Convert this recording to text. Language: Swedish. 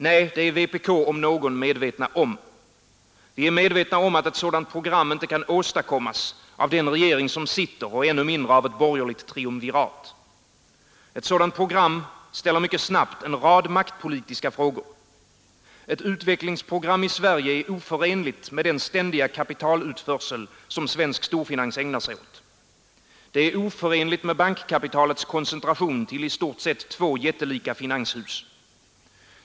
Nej, det är vi i vpk om någon medvetna om. Vi är medvetna om att ett sådant program inte kan åstadkommas av den regering som sitter och ännu mindre av ett borgerligt triumvirat. Ett sådant program ställer mycket snabbt en rad maktpolitiska frågor. Ett utvecklingsprogram i Sverige är oförenligt med den ständiga kapitalutförsel som svensk storfinans ägnar sig åt. Det är oförenligt med bankkapitalets koncentration till i stort sett två jättelika finanshus.